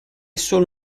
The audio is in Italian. solo